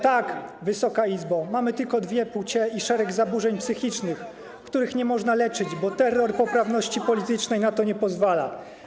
Tak, Wysoka Izbo, mamy tylko dwie płcie i szereg zaburzeń psychicznych, których nie można leczyć, bo terror poprawności politycznej na to nie pozwala.